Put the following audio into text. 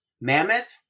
Mammoth